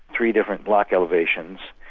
three different lock elevations,